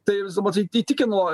tai matyt įtikino